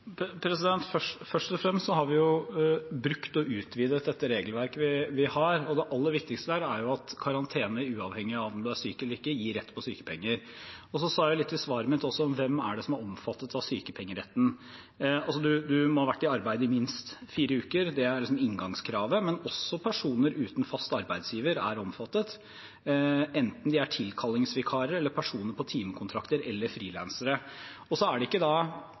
Først og fremst har vi brukt og utvidet det regelverket vi har. Det aller viktigste her er at karantene, uavhengig av om du er syk eller ikke, gir rett på sykepenger. Og så sa jeg litt i svaret mitt også om hvem det er som er omfattet av sykepengeretten: Man må ha vært i arbeid i minst fire uker, det er inngangskravet, men også personer uten fast arbeidsgiver er omfattet, enten de er tilkallingsvikarer eller personer på timekontrakter eller frilansere. Det er tidligere inntekt som er utgangspunktet for sykepengeutbetalingene; det er ikke